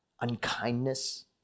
unkindness